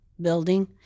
building